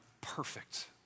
perfect